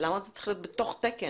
למה זה צריך להיות בתוך תקן?